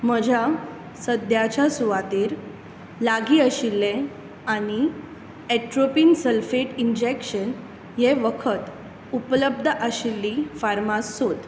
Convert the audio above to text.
म्हज्या सद्याच्या सुवातेर लागीं आशिल्ले आनी एट्रोपिन सल्फेट इंजेक्शन हें वखद उपलब्ध आशिल्ली फार्मास सोद